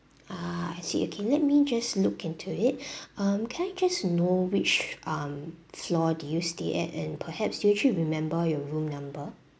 ah I see okay let me just look into it um can I just know which um floor did you stay at and perhaps do you actually remember your room number